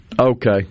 Okay